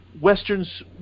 Westerns